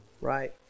right